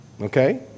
Okay